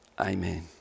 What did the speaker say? Amen